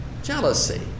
jealousy